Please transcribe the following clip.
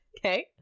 Okay